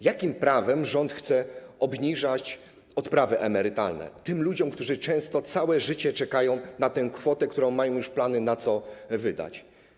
Jakim prawem rząd chce obniżać odprawy emerytalne tym ludziom, którzy często całe życie czekają na tę kwotę i mają już plany, na co ją wydać?